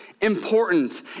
important